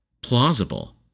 plausible